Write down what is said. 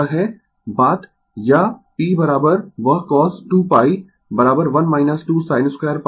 यह है बात या p वह cos 2 1 2 sin 2